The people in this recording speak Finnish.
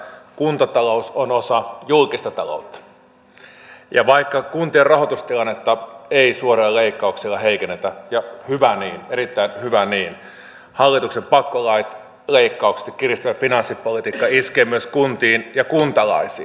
kuntatalous on osa julkista taloutta ja vaikka kuntien rahoitustilannetta ei suorilla leikkauksilla heikennetä ja hyvä niin erittäin hyvä niin hallituksen pakkolait leikkaukset ja kiristävä finanssipolitiikka iskevät myös kuntiin ja kuntalaisiin